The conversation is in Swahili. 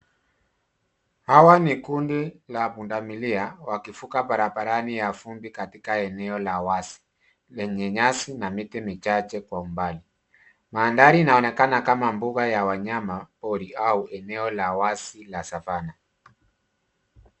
Hawa ni kundi la pundamilia, wakivuka barabarani ya vumbi katika eneo la wazi, lenye nyasi na miti michache kwa umbali. Mandhari inaonekana kama mbuga ya wanyama pori au eneo la wazi la Savana.